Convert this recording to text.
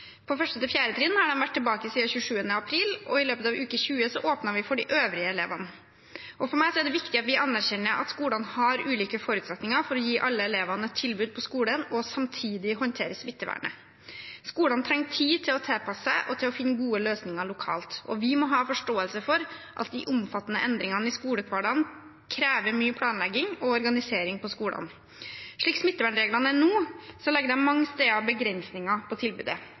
til 4. trinn har de vært tilbake siden 27. april, og i løpet av uke 20 åpnet vi for de øvrige elevene. For meg er det viktig at vi anerkjenner at skolene har ulike forutsetninger for å gi alle elevene et tilbud på skolen og samtidig håndtere smittevernet. Skolene trenger tid til å tilpasse seg og til å finne gode løsninger lokalt, og vi må ha forståelse for at de omfattende endringene i skolehverdagen krever mye planlegging og organisering på skolene. Slik smittevernreglene er nå, legger det mange steder begrensninger på tilbudet.